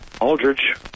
Aldridge